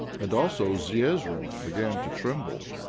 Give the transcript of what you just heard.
and also zeezrom began to tremble.